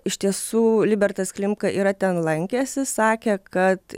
iš tiesų libertas klimka yra ten lankęsis sakė kad